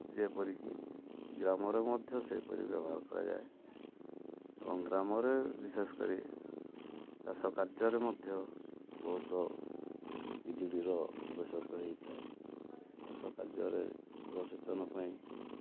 ଯେପରିକି ଗ୍ରାମରେ ମଧ୍ୟ ସେହିପରି ବ୍ୟବହାର କରାଯାଏ ଏବଂ ଗ୍ରାମରେ ବିଶେଷ କରି ଚାଷ କାର୍ଯ୍ୟରେ ମଧ୍ୟ ବହୁତ ବିଜୁଳିର ଆବଶ୍ୟକ ହେଇଥାଏ ଚାଷ କାର୍ଯ୍ୟରେ ଜଳସେଚନ ପାଇଁ